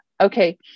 Okay